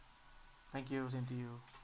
thank you same to you